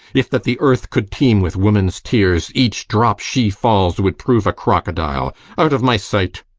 if that the earth could teem with woman's tears, each drop she falls would prove a crocodile out of my sight!